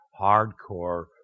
hardcore